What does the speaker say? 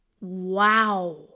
Wow